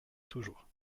toujours